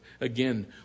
Again